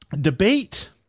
debate